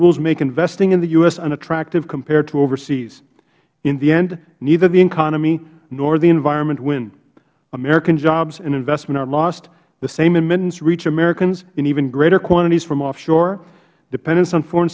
rules make investing in the u s unattractive compared to overseas in the end neither the economy nor the environment win american jobs and investment are lost the same emittants reach americans in even greater quantities from offshore dependence on foreign